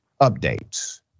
updates